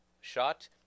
shot